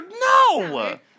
No